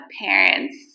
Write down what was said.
parents